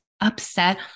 upset